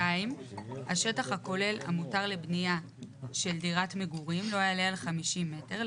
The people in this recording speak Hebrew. (2)השטח הכולל המותר לבנייה של דירת מגורים לא יעלה על 50 מ"ר,